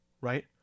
Right